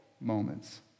moments